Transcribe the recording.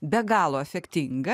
be galo efektinga